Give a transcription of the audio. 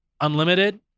unlimited